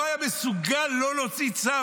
לא היה מסוגל לא להוציא צו,